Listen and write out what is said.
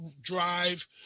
drive